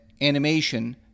animation